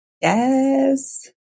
Yes